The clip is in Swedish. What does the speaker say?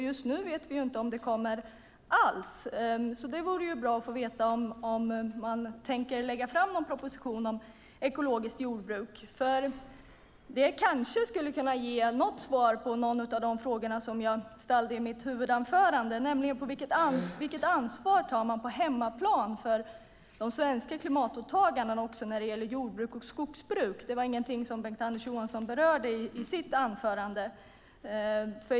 Just nu vet vi inte om det kommer alls, så det vore bra att få veta om man tänker lägga fram någon proposition om ekologiskt jordbruk. Det kanske skulle kunna ge något svar på någon av de frågor som jag ställde i mitt huvudanförande, nämligen vilket ansvar man tar på hemmaplan för de svenska klimatåtagandena också när det gäller jord och skogsbruk. Det var inget Bengt-Anders Johansson berörde i sitt anförande.